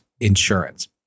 insurance